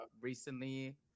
recently